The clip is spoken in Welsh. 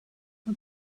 mae